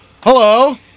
Hello